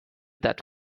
that